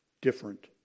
different